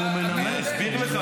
אז אני מסביר לך.